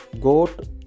goat